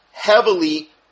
Heavily